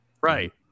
Right